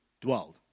dwelled